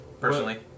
personally